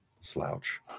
Slouch